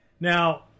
Now